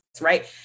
Right